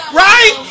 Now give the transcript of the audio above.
right